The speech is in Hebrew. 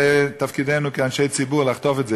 זה תפקידנו כאנשי ציבור לחטוף את זה.